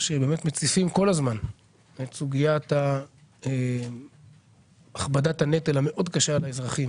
שבאמת מציפים כל הזמן את סוגיית הכבדת הנטל המאוד קשה על האזרחים